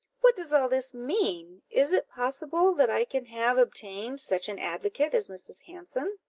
what does all this mean? is it possible that i can have obtained such an advocate as mrs. hanson?